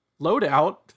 loadout